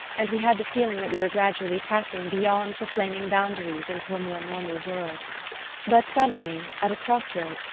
and we had the feeling that we were gradually passing beyond the flaming boundaries into a more normal world but suddenly, at a cross-road,